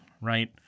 right